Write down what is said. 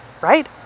right